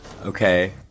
Okay